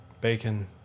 Bacon